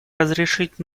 разрешить